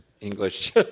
English